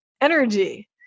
energy